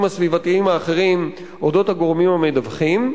הסביבתיים האחרים על הגורמים המדווחים,